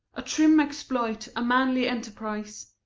a trim exploit, a manly enterprise,